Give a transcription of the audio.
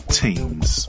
teams